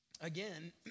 Again